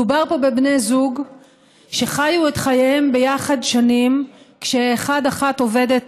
מדובר פה בבני זוג שחיו את חייהם ביחד שנים כשאחד-אחת עובדת